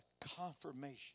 confirmation